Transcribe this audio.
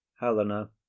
helena